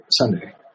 Sunday